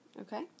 Okay